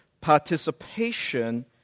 participation